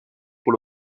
pour